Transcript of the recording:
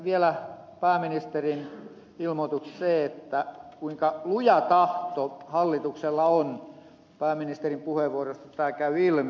vielä pääministerin ilmoituksesta se kuinka luja tahto hallituksella on tämä pääministerin puheenvuorosta käy ilmi